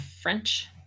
French